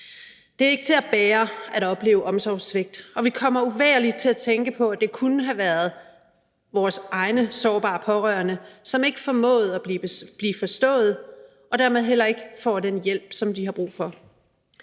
Det er ikke til at bære at opleve omsorgssvigt, og vi kommer uvægerlig til at tænke på, at det kunne have været vores egne sårbare pårørende, som ikke formåede at blive forstået og dermed heller ikke får den hjælp, som de har brug for.